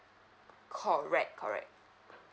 correct correct